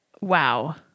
Wow